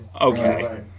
Okay